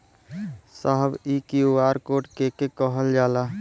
साहब इ QR code के के कहल जाला?